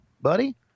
buddy